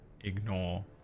ignore